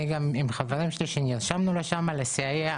אני וחבריי נרשמנו לשם כדי לסייע,